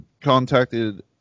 contacted